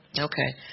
Okay